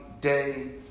day